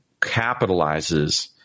capitalizes